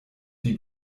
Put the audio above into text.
die